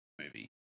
movie